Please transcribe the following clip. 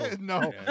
No